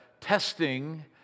testing